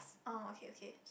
oh okay okay